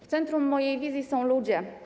W centrum mojej wizji są ludzie.